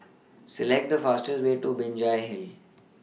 Select The fastest Way to Binjai Hill